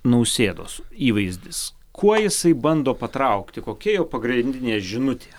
nausėdos įvaizdis kuo jisai bando patraukti kokia jo pagrindinė žinutė